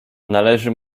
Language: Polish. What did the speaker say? należy